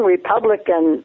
Republican